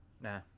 Nah